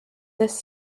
this